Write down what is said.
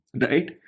Right